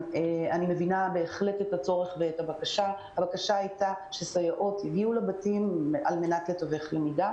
אני מבינה את הצורך ואת הבקשה שסייעות יגיעו לבתים על מנת לתווך למידה.